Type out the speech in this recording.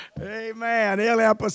Amen